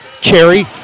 Cherry